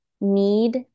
need